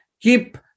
Keep